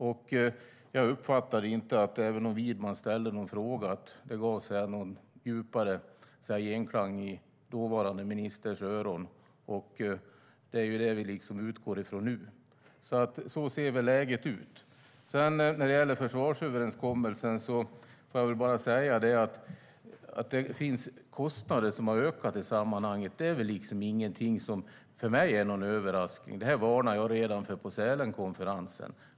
Även om Widman ställde någon fråga uppfattade jag inte att det gav någon djupare genklang i dåvarande ministerns öron. Det är ju det vi utgår från nu. Så ser väl läget ut. Sedan gäller det försvarsöverenskommelsen. Att det finns kostnader som har ökat i sammanhanget är väl inte någonting som är en överraskning för mig. Det varnade jag för redan på Sälenkonferensen.